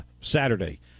Saturday